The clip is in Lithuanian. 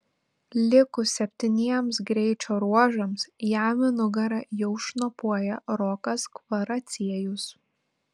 likus septyniems greičio ruožams jam į nugarą jau šnopuoja rokas kvaraciejus